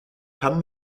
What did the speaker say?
kann